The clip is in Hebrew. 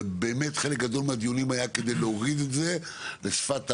ובאמת חלק גדול מהדיונים היה כדי להוריד את זה לשפת המעשה,